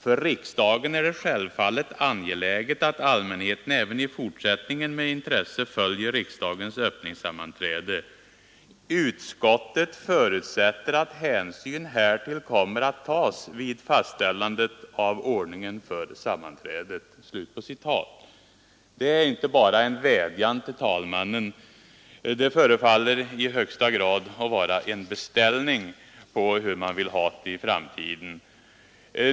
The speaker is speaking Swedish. För riksdagen är det självfallet angeläget att allmänheten även i fortsättningen med intresse följer riksdagens öppningssammanträde. Utskottet förutsätter att hänsyn härtill kommer att tas vid fastställandet av ordningen för sammanträdet.” Detta är inte bara en vädjan till talmannen, det förefaller i högsta grad vara en beställning på hur man vill ha det i framtiden.